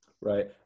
Right